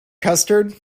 custard